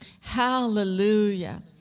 Hallelujah